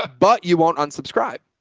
ah but you won't unsubscribe.